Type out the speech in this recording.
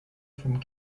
vom